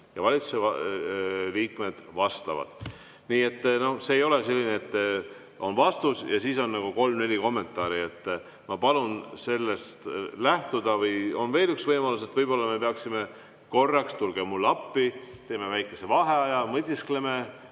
valitsuse liikmed vastavad. See ei ole nii, et on vastus ja siis on nagu kolm-neli kommentaari. Ma palun sellest lähtuda. Või on veel üks võimalus. Võib-olla me peaksime korraks, tulge mulle appi, tegema väikese vaheaja, mõtisklema